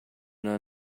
not